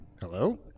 Hello